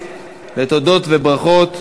לתודות וברכות,